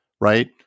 right